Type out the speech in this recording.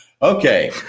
Okay